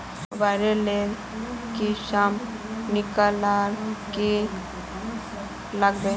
Mobile लेर किसम निकलाले की लागबे?